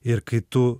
ir kai tu